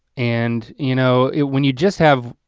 and you know when you just have.